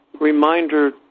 reminder